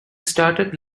started